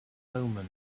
omen